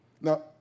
Now